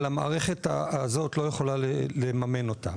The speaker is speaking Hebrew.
אבל המערכת הזאת לא יכולה למממן אותה.